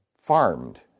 farmed